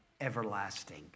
everlasting